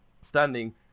standing